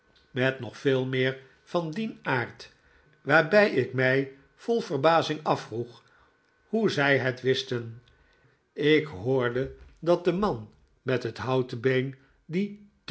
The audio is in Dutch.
met nog veel meer van dien aard waarbij ik mij vol verbazing afvroeg hoe zij het wisten ik hoorde dat de man met het houten been die